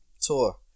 tour